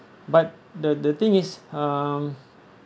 but the the thing is um